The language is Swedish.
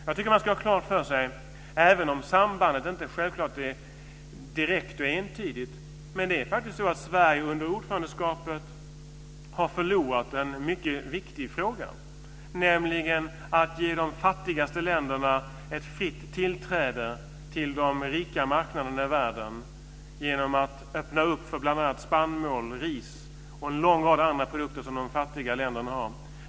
Jag tycker att man ska ha klart för sig, även om inte sambandet självklart är direkt och entydigt, att det faktiskt är så att Sverige under ordförandeskapet har förlorat en mycket viktig fråga, nämligen att ge de fattigaste länderna fritt tillträde till de rika marknaderna i världen genom att öppna upp för bl.a. spannmål, ris och en lång rad andra produkter som de fattiga länderna har.